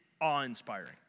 awe-inspiring